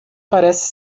parece